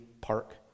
Park